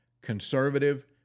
conservative